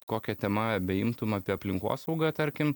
kokią temą beimtum apie aplinkosaugą tarkim